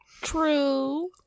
true